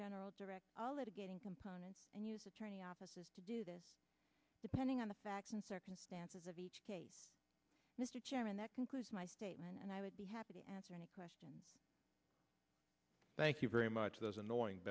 general direct getting component and u s attorney offices to do this depending on the facts and circumstances of each case mr chairman that concludes my statement and i would be happy to answer any question thank you very much those annoying